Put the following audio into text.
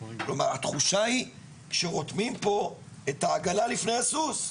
כלומר התחושה היא שרותמים פה את העגלה לפני הסוס.